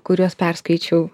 kurias perskaičiau